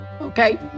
okay